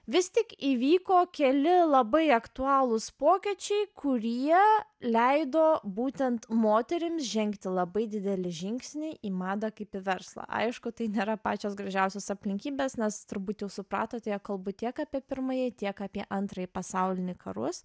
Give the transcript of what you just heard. vis tik įvyko keli labai aktualūs pokyčiai kurie leido būtent moterim žengti labai didelį žingsnį į madą kaip į verslą aišku tai nėra pačios gražiausios aplinkybės nes turbūt jau supratote jog kalbu tiek apie pirmąjį tiek apie antrąjį pasaulinį karus